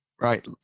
Right